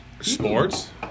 sports